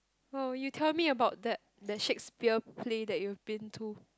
well would you tell me about that the shakespeare play that you've been to